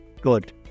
good